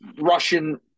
Russian